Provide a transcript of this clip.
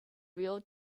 reel